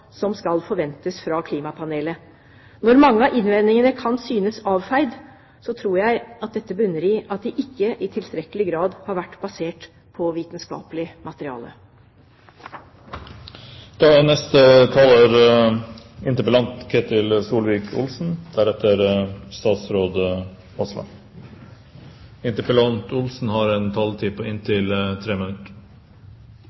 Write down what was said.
som skal forventes fra klimapanelet. Når mange av innvendingene kan synes avfeid, bunner det i, tror jeg, at de ikke i tilstrekkelig grad har vært basert på vitenskapelig materiale. Dessverre var svaret som forventet, sett ut fra at det partiet som statsråden representerer, har